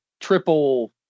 triple